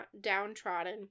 downtrodden